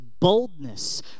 Boldness